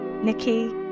Nikki